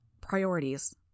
Priorities